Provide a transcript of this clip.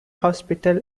hospital